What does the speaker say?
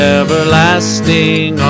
everlasting